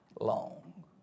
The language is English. long